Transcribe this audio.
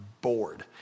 bored